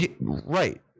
Right